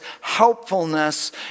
helpfulness